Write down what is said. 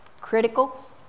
critical